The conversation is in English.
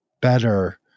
better